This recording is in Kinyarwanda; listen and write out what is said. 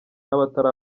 n’abatari